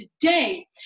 today